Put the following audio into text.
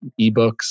eBooks